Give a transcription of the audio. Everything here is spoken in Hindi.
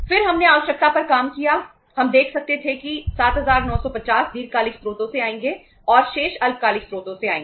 फिर हमने आवश्यकता पर काम किया हम देख सकते थे कि 7950 दीर्घकालिक स्रोतों से आएंगे और शेष अल्पकालिक स्रोतों से आएंगे